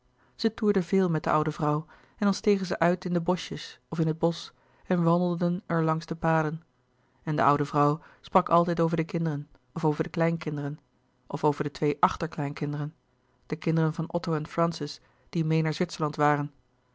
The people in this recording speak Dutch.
zij toerde veel met de louis couperus de boeken der kleine zielen oude vrouw en dan stegen zij uit in de boschjes of in het bosch en wandelden er langs de paden en de oude vrouw sprak altijd over de kinderen of over de kleinkinderen of over de twee achterkleinkinderen de kinderen van otto en francis die meê naar zwitserland waren